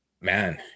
man